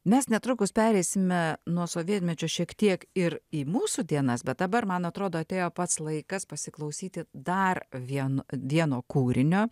mes netrukus pereisime nuo sovietmečio šiek tiek ir į mūsų dienas bet dabar man atrodo atėjo pats laikas pasiklausyti dar vien vieno kūrinio